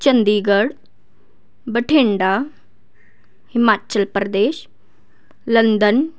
Chandigarh Bathinda Himachal Pradesh London